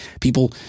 people